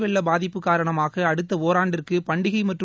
வெள்ளம் பாதிப்பு காரணமாக அடுத்த ஒராண்டிற்கு பண்டிகை மற்றும்